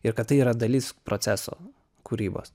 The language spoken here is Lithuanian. ir kad tai yra dalis proceso kūrybos